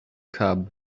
cub